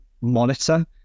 monitor